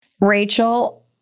Rachel